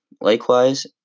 Likewise